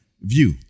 view